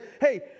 hey